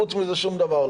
חוץ מזה שום דבר לא.